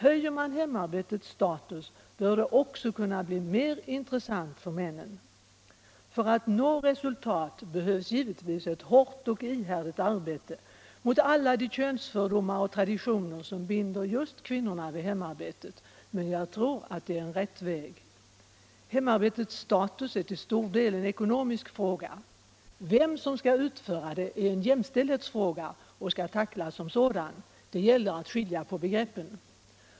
Höjer man hemarbetets status bör det också kunna bli mer intressant för männen, För att nå resultat behövs givetvis ett hårt och ihärdigt arbete mot alla de könsfördomar och traditioner som binder just kvinnorna vid hemarbetet, men jag tror att det är rätt väg. Hemarbetets status är till stor del en ckonomisk fråga. Vem som skall utföra det är en jämställdhetsfråga och skall tacklas som en sådan. Det gäller att skilja på begreppen.